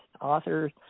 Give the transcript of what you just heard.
authors